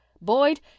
Boyd